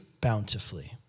bountifully